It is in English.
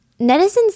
netizens